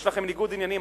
יש לכם ניגוד עניינים.